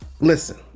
listen